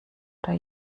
oder